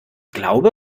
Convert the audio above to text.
glaube